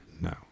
No